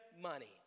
money